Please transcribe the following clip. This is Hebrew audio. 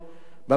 במחנות